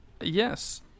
yes